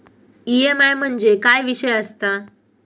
EMI म्हणजे काय विषय आसता?